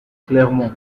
clermont